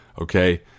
okay